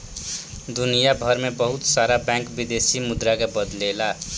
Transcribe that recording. दुनियभर में बहुत सारा बैंक विदेशी मुद्रा के बदलेला